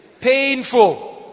Painful